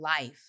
life